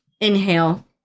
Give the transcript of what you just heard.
inhale